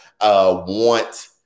want